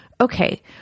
Okay